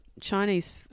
Chinese